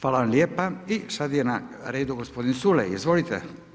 Hvala vam lijepa i sada je na redu gospodin Culej, izvolite.